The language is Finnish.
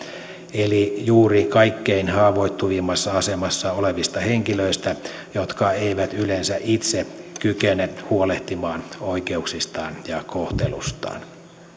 eli juuri kaikkein haavoittuvimmassa asemassa olevista henkilöistä jotka eivät yleensä itse kykene huolehtimaan oikeuksistaan ja kohtelustaan